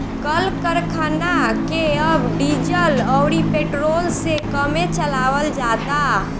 कल करखना के अब डीजल अउरी पेट्रोल से कमे चलावल जाता